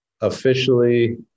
officially